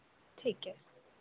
ठीक है